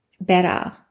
better